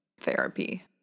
Therapy